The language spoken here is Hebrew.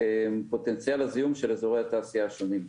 פוטנציאל הזיהום של אזורי התעשייה השונים,